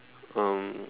um